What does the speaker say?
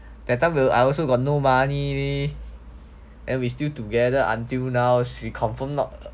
that time I also got no money then we still together until now she confirm not